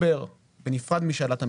בנפרד משאלת המיסוי,